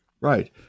Right